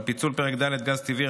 על פיצול פרק ד' (גז טבעי),